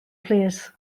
plîs